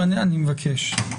אני מבקש.